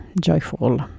joyful